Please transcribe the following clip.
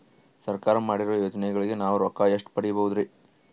ಸರ್ಕಾರ ಮಾಡಿರೋ ಯೋಜನೆಗಳಿಗೆ ನಾವು ರೊಕ್ಕ ಎಷ್ಟು ಪಡೀಬಹುದುರಿ?